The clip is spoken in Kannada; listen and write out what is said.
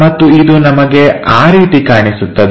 ಮತ್ತು ಇದು ನಮಗೆ ಆ ರೀತಿ ಕಾಣಿಸುತ್ತದೆ